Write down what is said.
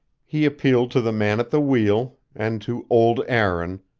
he appealed to the man at the wheel, and to old aaron,